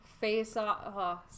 face-off